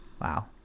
wow